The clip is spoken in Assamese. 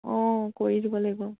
অঁ কৰি দিব লাগিব